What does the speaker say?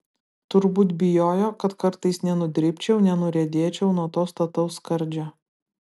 turbūt bijojo kad kartais nenudribčiau nenuriedėčiau nuo to stataus skardžio